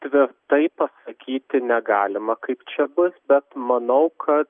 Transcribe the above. dvi taip sakyti negalima kaip čia bus bet manau kad